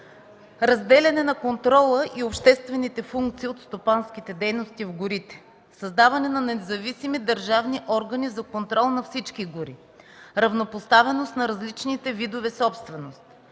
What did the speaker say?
разделяне на контрола и обществените функции от стопанските дейности в горите; създаване на независими държавни органи за контрол на всички гори; равнопоставеност на различните видове собственост;